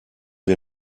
wir